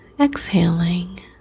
exhaling